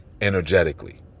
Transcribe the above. energetically